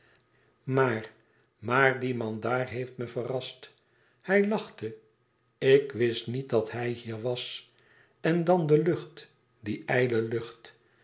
maar maar die man daar heeft me verrast hij lachte ik wist niet dat hij hier was en dan de lucht die